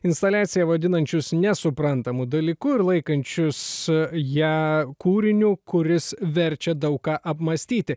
instaliaciją vadinančius nesuprantamu dalyku ir laikančius ją kūriniu kuris verčia daug ką apmąstyti